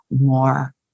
more